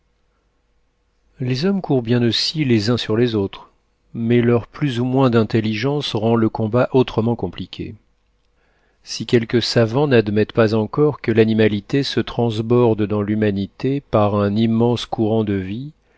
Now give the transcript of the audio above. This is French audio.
les hommes courent bien aussi les uns sur les autres mais leur plus ou moins d'intelligence rend le combat autrement compliqué si quelques savants n'admettent pas encore que l'animalité se transborde dans l'humanité par un immense courant de vie